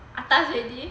atas already